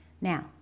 Now